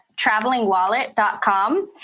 travelingwallet.com